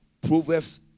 Proverbs